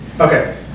Okay